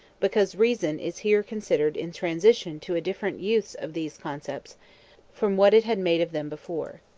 because reason is here considered in transition to a different use of these concepts from what it had made of them before.